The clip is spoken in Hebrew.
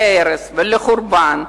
להרס ולחורבן.